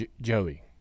Joey